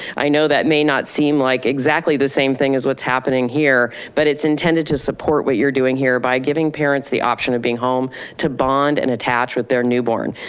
i know that may not seem like exactly the same thing as what's happening here. but it's intended to support what you're doing here by giving parents the option of being home to bond and attach with their newborn.